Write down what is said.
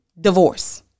divorce